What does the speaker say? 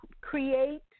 create